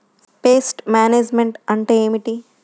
Pest management అంటే ఏమిటి?